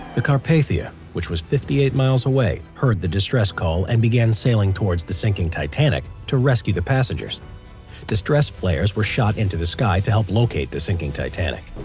the carpathia which was fifty eight miles away heard the distress call and began sailing towards the sinking titanic to rescue the passengers distressed players were shot into the sky to help locate the sinking titanic